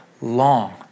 long